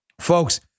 Folks